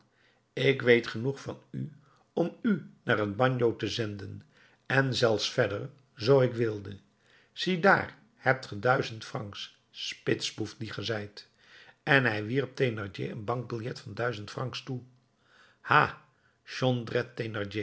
ik weet genoeg van u om u naar het bagno te zenden en zelfs verder zoo ik wilde ziedaar hebt ge duizend francs spitsboef die ge zijt en hij wierp thénardier een bankbiljet van duizend francs toe ha